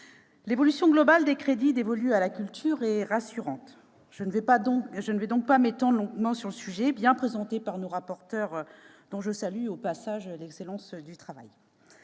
l'évolution globale des crédits dévolus à la culture est rassurante. Je ne m'étendrai donc pas longuement sur le sujet, qui a été bien présenté par nos rapporteurs, dont je salue au passage l'excellence du travail.